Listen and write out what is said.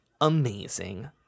amazing